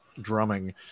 drumming